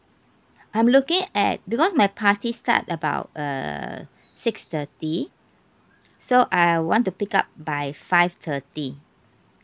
I'm looking at because my party start about err six thirty so I want to pick up by five thirty